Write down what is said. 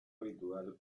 habitual